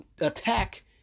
attack